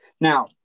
Now